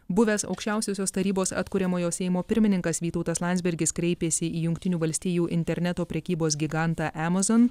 buvęs aukščiausiosios tarybos atkuriamojo seimo pirmininkas vytautas landsbergis kreipėsi į jungtinių valstijų interneto prekybos gigantą amazon